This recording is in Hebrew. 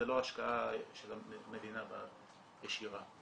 זה לא השקעה של המדינה ישירה.